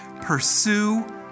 Pursue